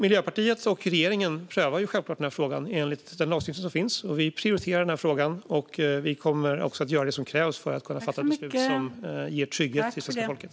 Miljöpartiet och regeringen prövar självklart frågan enligt den lagstiftning som finns. Vi prioriterar frågan, och vi kommer att göra det som krävs för att vi ska kunna fatta ett beslut som ger trygghet till svenska folket.